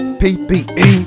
ppe